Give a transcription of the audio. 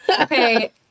Okay